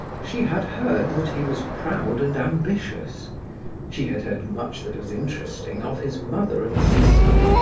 she had heard that he was proud and ambitious she had heard much that was interesting of his mother and sister,